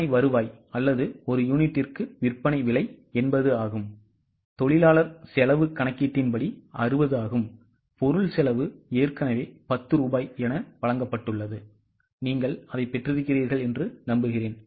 விற்பனை வருவாய் அல்லது ஒரு யூனிட்டுக்கு விற்பனை விலை 80 தொழிலாளர் செலவு கணக்கீட்டின்படி 60 பொருள் செலவு ஏற்கனவே 10 ரூபாய் வழங்கப்பட்டது நீங்கள் அதைப் பெறுகிறீர்களா